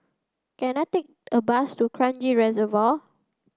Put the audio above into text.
can I take a bus to Kranji Reservoir